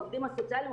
העובדים הסוציאליים,